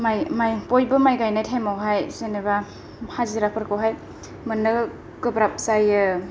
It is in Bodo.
बयबो माइ गाइनाय टाइमावहाय जेन'बा हाजिराफोरखौहाय मोन्नो गोब्राब जायो